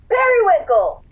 Berrywinkle